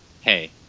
hey